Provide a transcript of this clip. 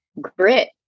Grit